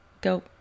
go